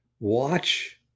Watch